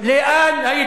לאן?